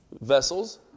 vessels